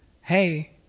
hey